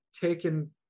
taken